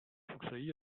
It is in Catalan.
succeí